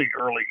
early